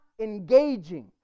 engaging